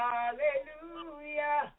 Hallelujah